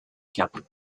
cape